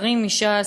השרים מש"ס,